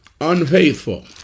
Unfaithful